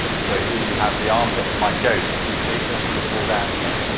so, here you have the armpit of my goat. do you see, just visible down here?